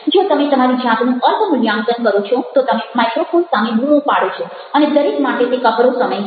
જો તમે તમારી જાતનું અલ્પ મૂલ્યાંકન કરો છો તો તમે માઇક્રોફોન સામે બૂમો પાડો છો અને દરેક માટે તે કપરો સમય છે